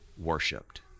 Worshipped